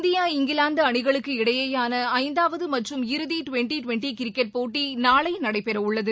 India England அணிகளுக்கு இடையேயான ஐந்தாவது மற்றும் இறுதி டுவெண்டி டுவெண்டி கிரிக்கெட் போட்டி நாளை நடைபெறவுள்ளது